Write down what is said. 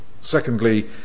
Secondly